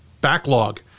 backlog